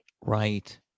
Right